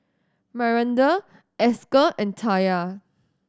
Myranda Esker and Taya